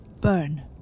burn